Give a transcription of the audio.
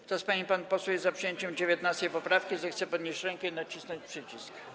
Kto z pań i panów posłów jest za przyjęciem 19. poprawki, zechce podnieść rękę i nacisnąć przycisk.